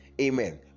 amen